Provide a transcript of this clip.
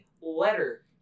letter